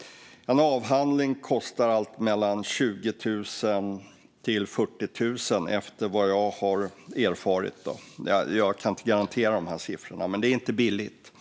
- en avhandling kostar enligt vad jag har erfarit 20 000-40 000. Jag kan inte garantera dessa siffror, men det är inte billigt.